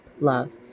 love